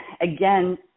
again